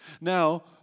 Now